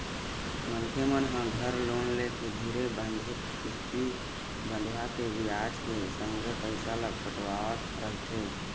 मनखे मन ह घर लोन लेके धीरे बांधे किस्ती बंधवाके बियाज के संग पइसा ल पटावत रहिथे